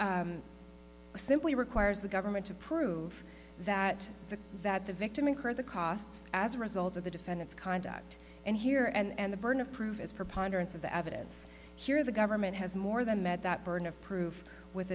act simply requires the government to prove that the that the victim incurred the costs as a result of the defendant's conduct and here and the burden of proof is preponderance of the evidence here the government has more than met that burden of proof with